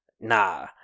Nah